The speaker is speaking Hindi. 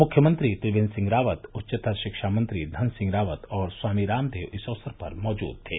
मुख्यमंत्री त्रिवेन्द्र सिंह रावत उच्चतर शिक्षा मंत्री धनसिंह रावत और स्वामी रामदेव इस अवसर पर मौजूद थे